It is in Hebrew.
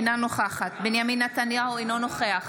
אינה נוכחת בנימין נתניהו, אינו נוכח